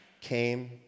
came